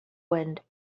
wind